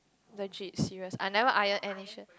legit serious I never iron any shirt